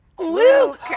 luke